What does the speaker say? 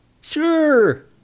sure